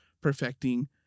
perfecting